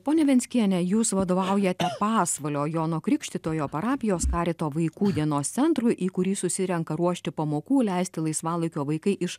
ponia venckiene jūs vadovaujate pasvalio jono krikštytojo parapijos karito vaikų dienos centrui į kurį susirenka ruošti pamokų leisti laisvalaikio vaikai iš